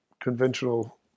conventional